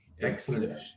excellent